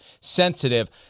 sensitive